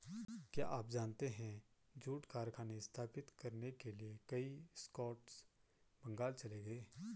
क्या आप जानते है जूट कारखाने स्थापित करने के लिए कई स्कॉट्स बंगाल चले गए?